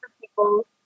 people